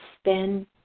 spend